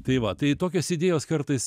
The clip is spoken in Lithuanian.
tai va tai tokios idėjos kartais